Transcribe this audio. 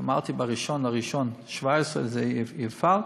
שאמרתי שב-1 בינואר 2017 זה יופעל.